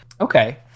Okay